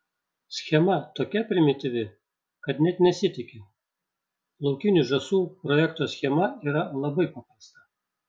schema tokia primityvi kad net nesitiki laukinių žąsų projekto schema yra labai paprasta